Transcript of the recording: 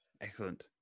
Excellent